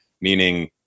Meaning